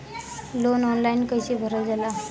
Loan online कइसे भरल जाला?